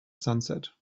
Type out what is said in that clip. sunset